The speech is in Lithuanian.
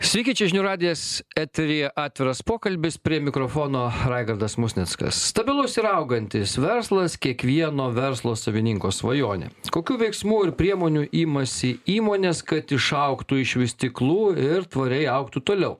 sveiki čia žinių radijas eteryje atviras pokalbis prie mikrofono raigardas musnickas stabilus ir augantis verslas kiekvieno verslo savininko svajonė kokių veiksmų ir priemonių imasi įmonės kad išaugtų iš vystyklų ir tvariai augtų toliau